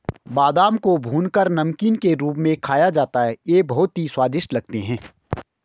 बादाम को भूनकर नमकीन के रूप में खाया जाता है ये बहुत ही स्वादिष्ट लगते हैं